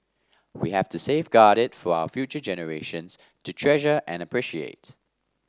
we have to safeguard it for our future generations to treasure and appreciate